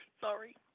Sorry